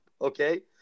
okay